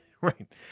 Right